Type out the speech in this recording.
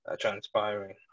transpiring